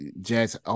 jazz